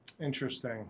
Interesting